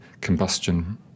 combustion